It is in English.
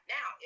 Now